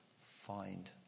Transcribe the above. find